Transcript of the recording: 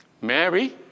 Mary